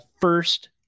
first